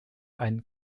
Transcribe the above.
einen